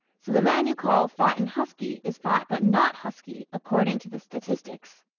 so the man you call fat and husky is fat but not husky, according to the statistics.